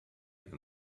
than